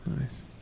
Nice